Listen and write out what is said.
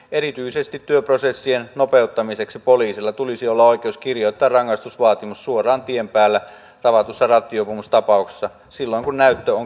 erityisesti työprosessien nopeuttamiseksi poliisilla tulisi olla oikeus kirjoittaa rangaistusvaatimus suoraan tien päällä rattijuopumustapauksessa silloin kun näyttö on kiistaton